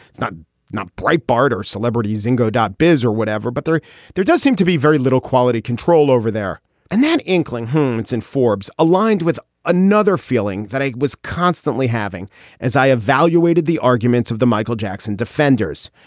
it's not not bright barter celebrities ingo dot biz or whatever but there there does seem to be very little quality control over there and then inkling who's in forbes aligned with another feeling that i was constantly having as i evaluated the arguments of the michael jackson defenders.